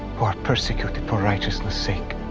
who are persecuted for righteousness sake,